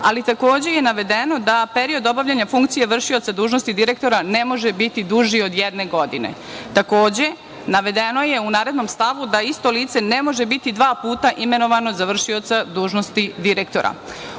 ali takođe je navedeno da period obavljanja funkcije vršioca dužnosti direktora ne može biti duži od jedne godine. Takođe, navedeno je u narednom stavu da isto lice ne može biti dva puta imenovano za vršioca dužnosti direktora. Ono